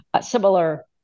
similar